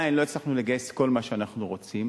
עדיין לא הצלחנו לגייס כל מה שאנחנו רוצים,